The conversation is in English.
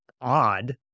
odd